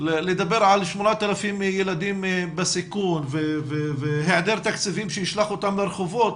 לדבר על 8,000 ילדים בסיכון והיעדר תקציבים שישלח אותם לרחובות